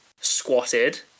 squatted